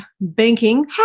banking